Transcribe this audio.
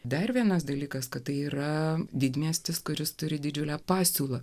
dar vienas dalykas kad tai yra didmiestis kuris turi didžiulę pasiūlą